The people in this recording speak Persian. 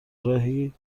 راهی